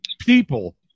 people